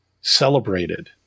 celebrated